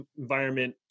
environment